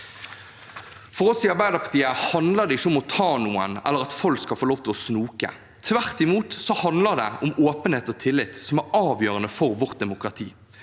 For oss i Arbeiderpartiet handler det ikke om å ta noen, eller at folk skal få lov til å snoke. Tvert imot handler det om åpenhet og tillit, som er avgjørende for vårt demokrati.